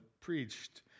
preached